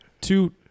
Two